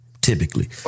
typically